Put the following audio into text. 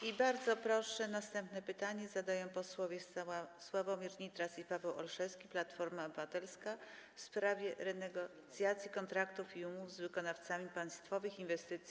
I bardzo proszę, następne pytanie zadają posłowie Sławomir Nitras i Paweł Olszewski, Platforma Obywatelska, w sprawie renegocjacji kontraktów i umów z wykonawcami państwowych inwestycji.